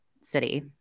city